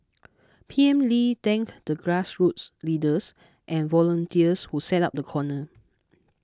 P M Lee thanked the grassroots leaders and volunteers who set up the corner